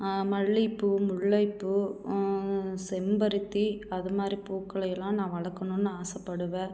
மல்லிப்பூ முல்லைப்பூ செம்பருத்தி அதுமாதிரி பூக்களையெல்லாம் நான் வளர்க்கணுன்னு ஆசைப்படுவேன்